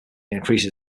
increases